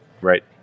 Right